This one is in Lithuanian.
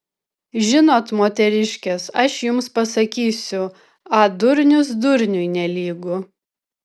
žinot moteriškės aš jums pasakysiu a durnius durniui nelygu